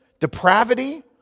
depravity